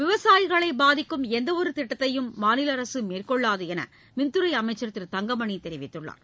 விவசாயிகளை பாதிக்கும் எந்த ஒரு திட்டத்தையும் மாநில அரசு மேற்கொள்ளாது என்று மின்துறை அமைச்சர் திரு தங்கமணி தெரிவித்துள்ளார்